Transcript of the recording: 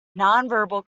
nonverbal